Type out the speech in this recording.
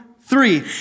three